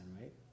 right